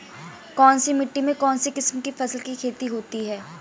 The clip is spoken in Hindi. कौनसी मिट्टी में कौनसी किस्म की फसल की खेती होती है?